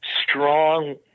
strong